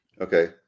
Okay